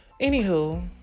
Anywho